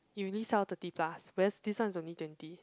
it really sell thirty plus whereas this one's only twenty